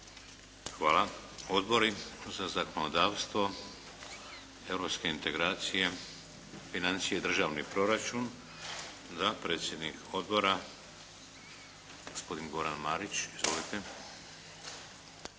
Hvala. Odbori za zakonodavstvo, europske integracije, financije i državni proračun. Da. Predsjednik odbora, gospodin Goran Marić. Izvolite.